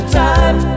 time